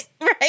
Right